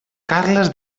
carles